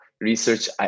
research